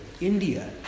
India